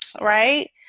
Right